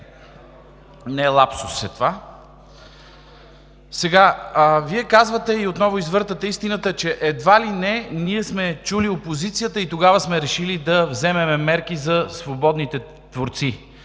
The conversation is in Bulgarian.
Не, лапсус е това. Вие казвате и отново извъртате истината, че едва ли не ние сме чули опозицията и тогава сме решили да вземем мерки за свободните творци.